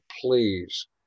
please